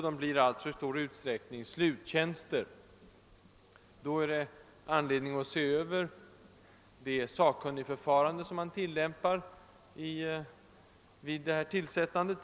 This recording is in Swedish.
De blir "alltså i stor utsträckning sluttjänster. Man har i samband härmed anledning att se över det sakkunnigförfarande som tillämpas vid sådana tillsättningar.